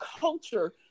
culture